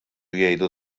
jgħidu